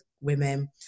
women